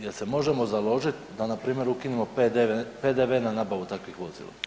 Jel se možemo založiti da npr. ukinemo PDV na nabavu takvih vozila?